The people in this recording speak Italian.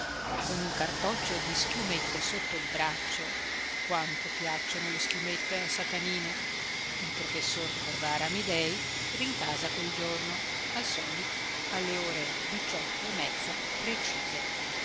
con un cartoccio di schiumette sotto il braccio quanto piacciono le schiumette a satanina il professor corvara amidei rincasa quel giorno al solito alle ore diciotto e mezzo precise